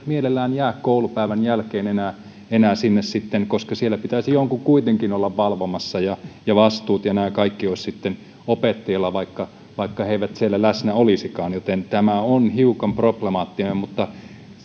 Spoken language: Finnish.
mielellään jää koulupäivän jälkeen enää enää sinne sitten ja siellä pitäisi jonkun kuitenkin olla valvomassa ja vastuut ja kaikki olisivat sitten opettajilla vaikka vaikka he eivät siellä läsnä olisikaan joten tämä on hiukan problemaattinen asia mutta